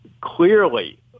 clearly